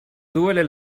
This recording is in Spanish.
duele